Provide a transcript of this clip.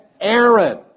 Aaron